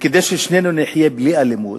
וכדי ששנינו נחיה בלי אלימות,